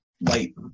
light